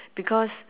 because